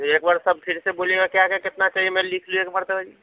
ایک بار سب پھر سے بولیے گا کیا کیا کتنا چاہیے میں لِکھ لوں ایک مرتبہ جی